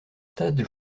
stade